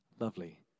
Lovely